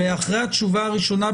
אחרי התשובה הראשונה,